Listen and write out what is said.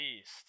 East